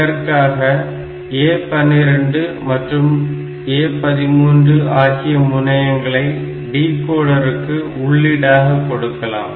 இதற்காக A12 மற்றும் A13 ஆகிய முனையங்களை டிகோடருக்கு உள்ளீடாக கொடுக்கலாம்